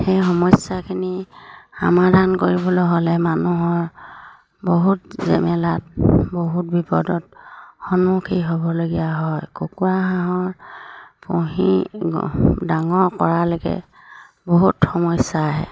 সেই সমস্যাখিনি সমাধান কৰিবলৈ হ'লে মানুহৰ বহুত জেমেলাত বহুত বিপদত সন্মুখীন হ'বলগীয়া হয় কুকুৰা হাঁহ পুহি ডাঙৰ কৰালৈকে বহুত সমস্যা আহে